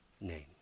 name